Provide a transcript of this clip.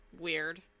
Weird